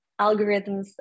algorithms